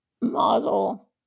model